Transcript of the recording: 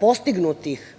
postignutih